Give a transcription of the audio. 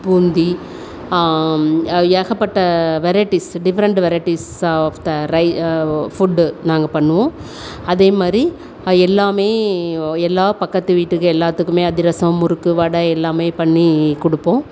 பூந்தி ஏகப்பட்ட varieties different varieties of the rye food நாங்கள் பண்ணுவோம் அதேமாதிரி அது எல்லாம் எல்லா பக்கத்து வீட்டுக்கு எல்லாத்துக்குமே அதிரசம் முறுக்கு வடை எல்லாமே பண்ணி கொடுப்போம்